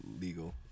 legal